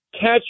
catch